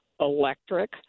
electric